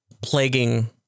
plaguing